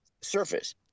surface